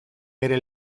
bere